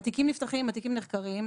התיקים נפתחים ונחקרים,